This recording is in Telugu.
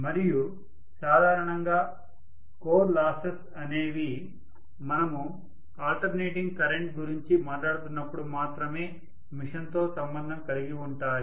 మరియు సాధారణంగా కోర్ లాసెస్ అనేవి మనము ఆల్టర్నేటింగ్ కరెంట్ గురించి మాట్లాడుతున్నప్పుడు మాత్రమే మిషన్ తో సంబంధం కలిగి ఉంటాయి